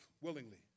willingly